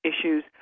issues